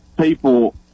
people